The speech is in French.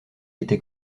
était